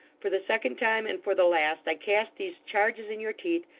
for the second time, and for the last, i cast these charges in your teeth,